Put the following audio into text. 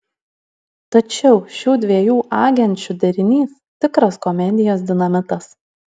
tačiau šių dviejų agenčių derinys tikras komedijos dinamitas